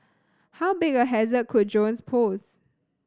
how big a hazard could drones pose